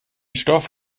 stoff